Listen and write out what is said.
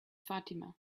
fatima